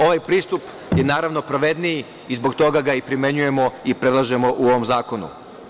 Ovaj pristup je naravno pravedniji i zbog toga ga i primenjujemo i predlažemo u ovom zakonu.